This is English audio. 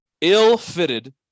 ill-fitted